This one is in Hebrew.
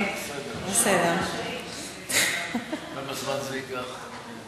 ישיב השר יריב לוין בשם השר לביטחון פנים.